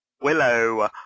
Willow